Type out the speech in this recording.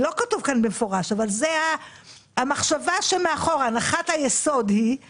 2. הנחת היסוד מאחורי התוכנית הזאת